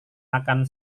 akan